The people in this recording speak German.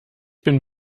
bin